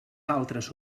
altres